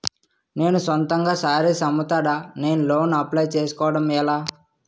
నేను సొంతంగా శారీస్ అమ్ముతాడ, నేను లోన్ అప్లయ్ చేసుకోవడం ఎలా?